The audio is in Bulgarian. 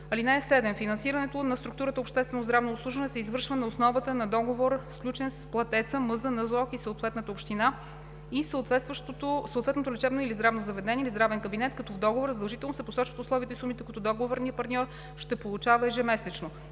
(7) Финансирането на структурата „Обществено здравно обслужване“ се извършва на основата на договор, сключен с платеца (МЗ, НЗОК, съответна община) и съответното лечебно или здравно заведение, или здравен кабинет, като в договора задължително се посочват условията и сумите, които договорният партньор ще получава ежемесечно: